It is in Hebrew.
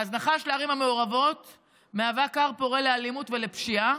ההזנחה של הערים המעורבות הוא כר פורה לאלימות ולפשיעה.